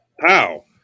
pow